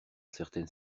certaines